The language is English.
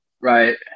right